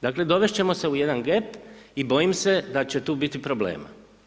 Dakle, dovest ćemo se u jedan gep i bojim se da će tu biti problema.